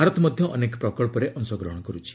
ଭାରତ ମଧ୍ୟ ଅନେକ ପ୍ରକଳ୍ପରେ ଅଂଶଗ୍ରହଣ କରୁଛି